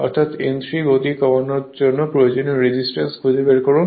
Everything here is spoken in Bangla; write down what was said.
অর্থাৎ n3 গতি কমানোর জন্য প্রয়োজনীয় রেজিস্ট্যান্স খুঁজে বের করুন